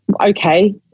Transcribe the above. okay